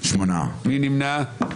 מי נמנע?